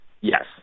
Yes